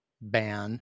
ban